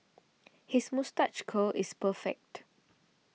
his moustache curl is perfect